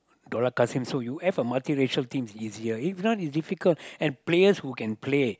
Dollah Kassim so you have a multiracial team is easier if not is difficult and players who can play